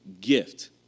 gift